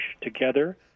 together